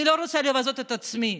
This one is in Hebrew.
אני לא רוצה לבזות את עצמי,